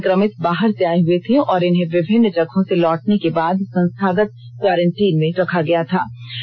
सभी संकमित बाहर से आये हुए थे और इन्हें विभिन्न जगहों से लौटने के बाद संस्थागत क्वारेंटीन में रखा गया था